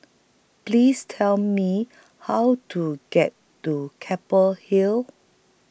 Please Tell Me How to get to Keppel Hill